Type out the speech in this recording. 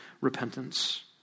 repentance